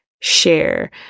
share